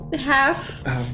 half